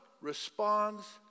responds